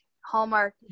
Hallmark